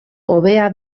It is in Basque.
hobea